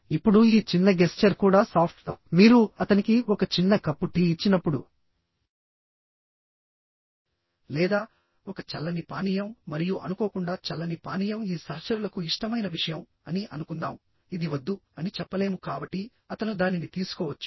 ఇప్పుడు ఈ చిన్న గెస్చర్ కూడా సాఫ్ట్ మీరు అతనికి ఒక చిన్న కప్పు టీ ఇచ్చినప్పుడు లేదా ఒక చల్లని పానీయం మరియు అనుకోకుండా చల్లని పానీయం ఈ సహచరులకు ఇష్టమైన విషయం అని అనుకుందాం ఇది వద్దు అని చెప్పలేము కాబట్టి అతను దానిని తీసుకోవచ్చు